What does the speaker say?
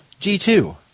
G2